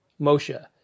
Moshe